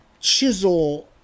chisel